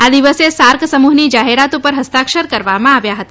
આ દિવસે સાર્ક સમૂહની જાહેરાત પર હસ્તાક્ષર કરવામાં આવ્યા હતા